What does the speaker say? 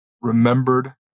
remembered